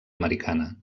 americana